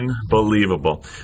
unbelievable